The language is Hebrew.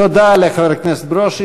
תודה לחבר הכנסת ברושי.